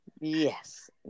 Yes